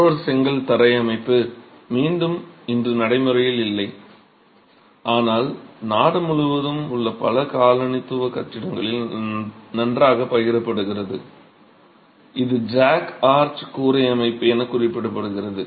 மற்றொரு செங்கல் தரை அமைப்பு இன்று நடைமுறையில் இல்லை ஆனால் நாடு முழுவதும் உள்ள பல காலனித்துவ கட்டிடங்களில் நன்றாக பகிரப்படுகிறது இது ஜாக் ஆர்ச் கூரை அமைப்பு என குறிப்பிடப்படுகிறது